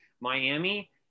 Miami